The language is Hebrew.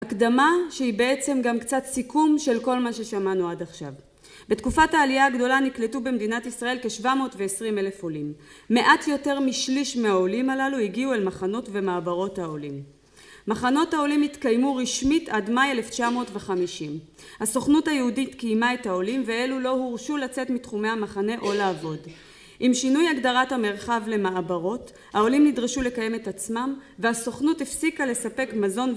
הקדמה שהיא בעצם גם קצת סיכום של כל מה ששמענו עד עכשיו. בתקופת העלייה הגדולה נקלטו במדינת ישראל כ-720 אלף עולים. מעט יותר משליש מהעולים הללו הגיעו אל מחנות ומעברות העולים. מחנות העולים התקיימו רשמית עד מאי 1950. הסוכנות היהודית קיימה את העולים ואלו לא הורשו לצאת מתחומי המחנה או לעבוד. עם שינוי הגדרת המרחב למעברות, העולים נדרשו לקיים את עצמם והסוכנות הפסיקה לספק מזון.